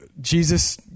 Jesus